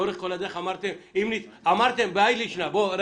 לאורך כל הדרך אמרתם בהאי לישנא: